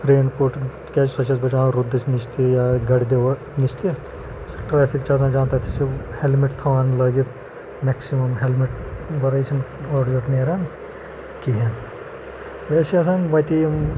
رین کوٹ کیازِ سۄ چھ اسہِ بچاوان روٗدَس نِش تہِ یا گردِ وَ نِش تہِ ٹریفِک چھ آسان جان تَتہِ چھ ہیلمِٹ تھاوان لٲگِتھ میکسِمَم ہیلمِٹ ورٲے چھ نہٕ اورٕ یورٕ نیران کِہِنۍ أڑۍ حظ چھ آسان وتہِ یِم